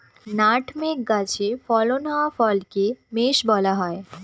nutmeg গাছে ফলন হওয়া ফলকে মেস বলা হয়